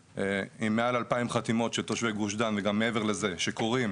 עם מעל 2,000 חתימות של תושבי גוש דן וגם מעבר לזה שקוראים